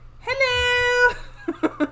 hello